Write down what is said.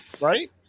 Right